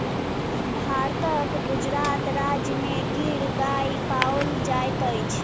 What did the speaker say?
भारतक गुजरात राज्य में गिर गाय पाओल जाइत अछि